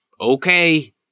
Okay